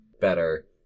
better